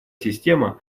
система